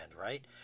right